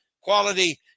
quality